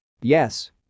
Yes